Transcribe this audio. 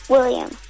William